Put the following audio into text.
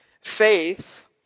Faith